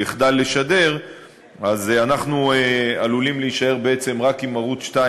או יחדל לשדר אז אנחנו עלולים להישאר בעצם רק עם ערוץ 2,